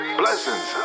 blessings